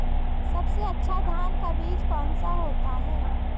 सबसे अच्छा धान का बीज कौन सा होता है?